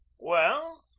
well,